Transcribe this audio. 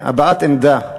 הבעת עמדה.